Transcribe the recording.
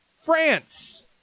France